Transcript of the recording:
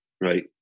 right